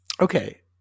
Okay